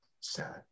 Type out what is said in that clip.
sad